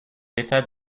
états